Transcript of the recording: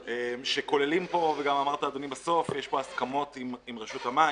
וגם אמרת, אדוני, שבסוף יש הסכמות עם רשות המים.